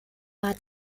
war